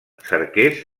cerques